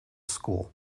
school